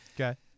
Okay